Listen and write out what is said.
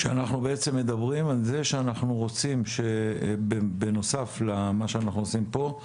אנחנו רוצים שבנוסף למה שאנחנו עושים פה,